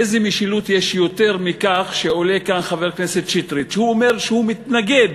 איזו משילות יש יותר מכך שעולה פה חבר הכנסת שטרית ואומר שהוא מתנגד